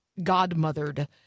Godmothered